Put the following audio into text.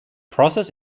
process